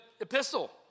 epistle